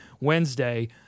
Wednesday